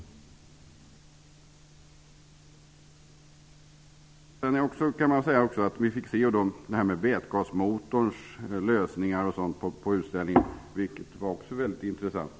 Vi fick se lösningar -- t.ex. vätgasmotorn -- på utställningen, vilket också var väldigt intressant.